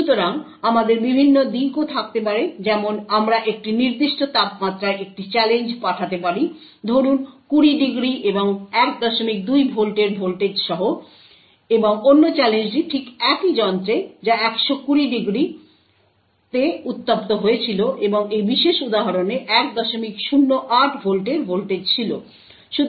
সুতরাং আমাদের বিভিন্ন দিকও থাকতে পারে যেমন আমরা একটি নির্দিষ্ট তাপমাত্রায় একটি চ্যালেঞ্জ পাঠাতে পারি ধরুন 20° এবং 12 ভোল্টের ভোল্টেজ সহ এবং অন্য চ্যালেঞ্জটি ঠিক একই যন্ত্রে যা 120° এ উত্তপ্ত হয়েছিল এবং এই বিশেষ উদাহরণে 108 ভোল্টের ভোল্টেজ ছিল